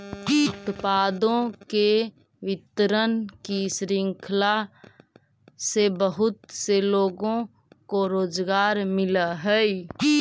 उत्पादों के वितरण की श्रृंखला से बहुत से लोगों को रोजगार मिलअ हई